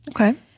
Okay